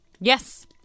Yes